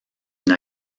une